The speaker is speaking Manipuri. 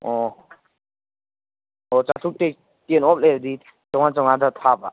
ꯑꯣ ꯑꯣ ꯆꯥꯇ꯭ꯔꯨꯛꯇꯩ ꯇꯦꯟ ꯑꯣꯐ ꯂꯩꯔꯗꯤ ꯆꯥꯝꯉꯥ ꯆꯥꯝꯉꯥꯗ ꯊꯥꯕ